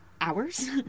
hours